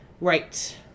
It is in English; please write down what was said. Right